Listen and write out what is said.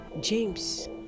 James